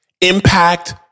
impact